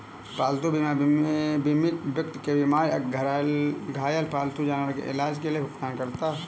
पालतू बीमा बीमित व्यक्ति के बीमार या घायल पालतू जानवर के इलाज के लिए भुगतान करता है